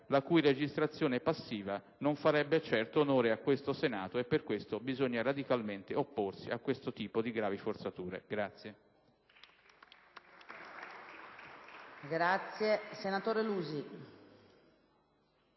la cui registrazione passiva non farebbe certo onore a questo Senato. Per tale motivo bisogna radicalmente opporsi a questo tipo di gravi forzature.